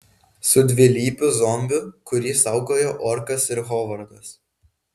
su dvilypiu zombiu kurį saugojo orkas ir hovardas